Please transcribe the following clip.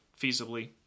feasibly